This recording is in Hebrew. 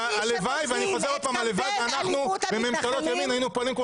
הלוואי שאנחנו בממשלות ימין היינו פועלים כמו